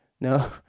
No